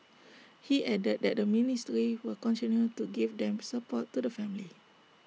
he added that the ministry will continue to give them support to the family